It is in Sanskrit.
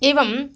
एवं